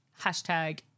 hashtag